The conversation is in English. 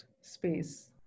space